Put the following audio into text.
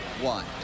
one